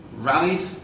rallied